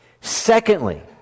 Secondly